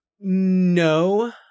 No